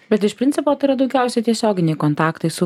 bet iš principo tai yra daugiausiai tiesioginiai kontaktai su